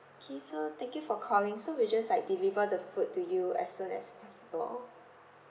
K so thank you for calling so we'll just like deliver the food to you as soon as possible